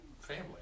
family